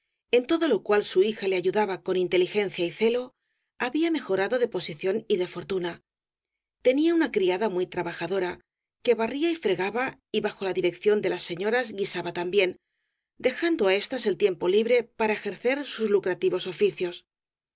en todo lo cual su hija le ayudaba con inteligencia y celo había mejorado de posición y de fortuna te nía una criada muy trabajadora que barría y fre gaba y bajo la dirección de las señoras guisaba también dejando á éstas el tiempo libre para ejer cer sus lucrativos oficios